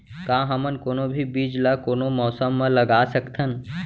का हमन कोनो भी बीज ला कोनो मौसम म लगा सकथन?